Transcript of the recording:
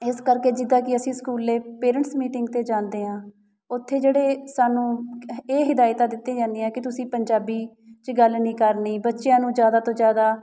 ਇਸ ਕਰਕੇ ਜਿੱਦਾਂ ਕਿ ਅਸੀਂ ਸਕੂਲ ਪੇਰੈਂਟਸ ਮੀਟਿੰਗ 'ਤੇ ਜਾਂਦੇ ਹਾਂ ਉੱਥੇ ਜਿਹੜੇ ਸਾਨੂੰ ੲਹ ਇਹ ਹਿਦਾਇਤਾਂ ਦਿੱਤੀਆਂ ਜਾਂਦੀਆਂ ਕਿ ਤੁਸੀਂ ਪੰਜਾਬੀ 'ਚ ਗੱਲ ਨਹੀਂ ਕਰਨੀ ਬੱਚਿਆਂ ਨੂੰ ਜ਼ਿਆਦਾ ਤੋਂ ਜ਼ਿਆਦਾ